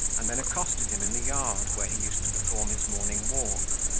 and then accosted him in the yard, where he used to perform his morning walk.